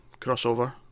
crossover